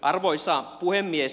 arvoisa puhemies